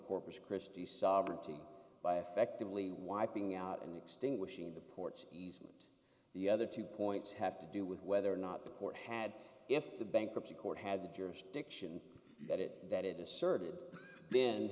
corpus christi sovereignty by effectively wiping out and extinguishing the ports easement the other two points have to do with whether or not the court had if the bankruptcy court had the jurisdiction that it that it asserted then